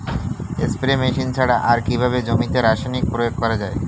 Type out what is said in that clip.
Spray machine ছাড়া আর কিভাবে জমিতে রাসায়নিক প্রয়োগ করা যায়?